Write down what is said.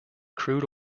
crude